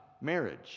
marriage